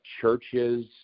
churches